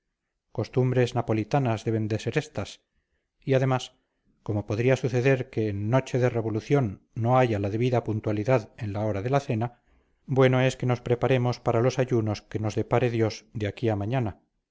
costumbres napolitanas deben de ser éstas y además como podría suceder que en noche de revolución no haya la debida puntualidad en la hora de la cena bueno es que nos preparemos para los ayunos que nos depare dios de aquí a mañana